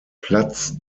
platz